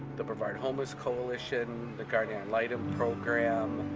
the brevard homeless coalition, the guardian ad litem program,